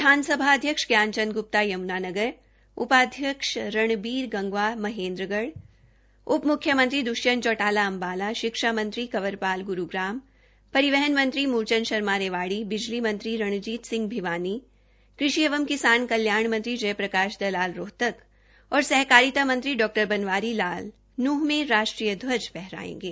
विधानसभा अध्यक्ष श्री ज्ञान चंद गुप्ता यमुनानगर उपाध्यक्ष रणबीर गंगवा महेन्द्रगढ नारनौलउप मुख्यमंत्री दृष्यंत चौटाला अंबाला शिक्षा मंत्री कवर पाल गुरुग्राम परिवहन मंत्री मुलचंद शर्मा रेवाडी बिजली मंत्री रणजीत सिंह भिवानी कृषि एवं किसान कल्याण मंत्री जय प्रकाश दलाल रोहतक और सहकारिता मंत्री डॉबनवारी लाल नूंह में राष्ट्रीय ध्वज फहराएंगे